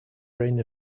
reign